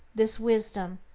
this wisdom,